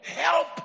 help